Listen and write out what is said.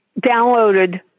downloaded